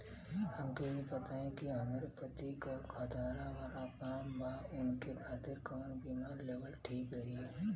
हमके ई बताईं कि हमरे पति क खतरा वाला काम बा ऊनके खातिर कवन बीमा लेवल ठीक रही?